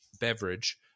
beverage